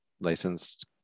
licensed